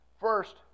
first